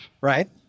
right